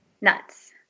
nuts